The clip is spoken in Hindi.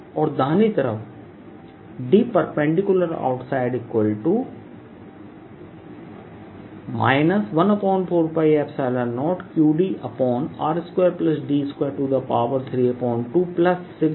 और दाहिने तरफ Dperpoutside 14π0qdr2d232r20Kप्राप्त होगा